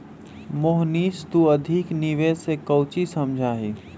मोहनीश तू अधिक निवेश से काउची समझा ही?